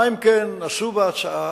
מה אם כן עשו בהצעה?